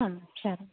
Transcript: ಹಾಂ ಸರಿ